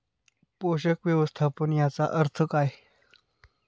पोषक व्यवस्थापन याचा अर्थ काय?